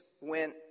went